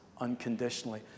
unconditionally